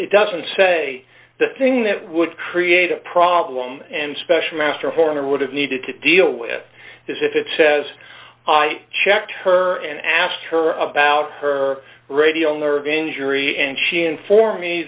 it doesn't say the thing that would create a problem and special master horner would have needed to deal with this if it says i checked her and asked her about her radio nerve injury and she informed me